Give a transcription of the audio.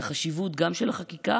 גם את חשיבות החקיקה,